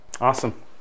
Awesome